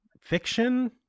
fiction